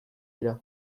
dira